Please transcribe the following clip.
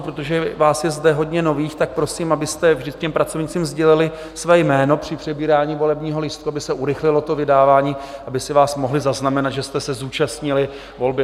Protože je vás zde hodně nových, tak prosím, abyste vždy těm pracovnicím sdělili své jméno při přebírání volebního lístku, aby se urychlilo vydávání, aby si vás mohli zaznamenat, že jste se zúčastnili volby.